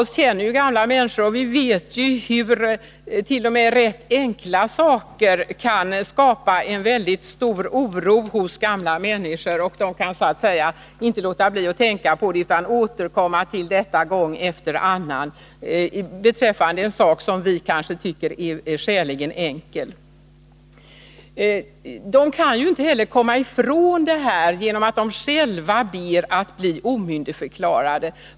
Alla känner vi gamla människor och vet hur t.o.m. rätt enkla saker kan skapa stor oro hos dem — de kan inte låta bli att tänka på det som oroar dem utan återkommer till det tid efter annan. Det kan gälla något som vi tycker är skäligen enkelt. De gamla kan inte heller komma ifrån situationen genom att själva begära att bli omyndigförklarade.